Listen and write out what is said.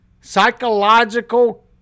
psychological